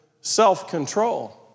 self-control